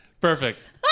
Perfect